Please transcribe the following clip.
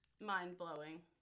mind-blowing